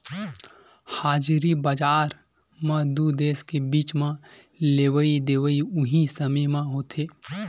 हाजिरी बजार म दू देस के बीच म लेवई देवई उहीं समे म होथे